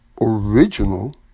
original